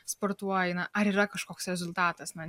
sportuoji na ar yra kažkoks rezultatas na